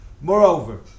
Moreover